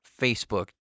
Facebook